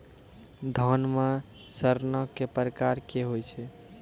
धान म सड़ना कै प्रकार के होय छै?